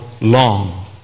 long